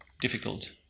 difficult